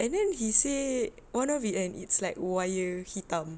and then he say one of it kan it's like wire hitam